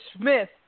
Smith